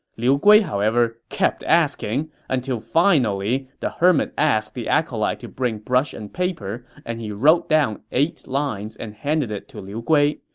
liu gui, however, kept asking, until the finally, the hermit asked the acolyte to bring brush and paper and he wrote down eight lines and handed it to liu gui.